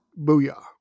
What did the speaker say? booyah